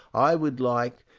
i would like